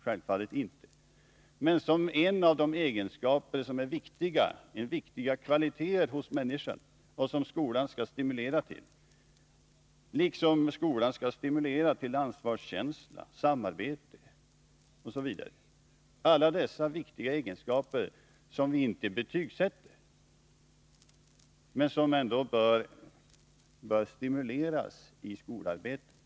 Självständigt tänkande är en av de kvaliteter hos människan som skolan skall stimulera till liksom den skall stimulera till ansvarskänsla och samarbete — viktiga egenskaper som vi inte betygsätter men som ändå bör stimuleras i skolarbetet.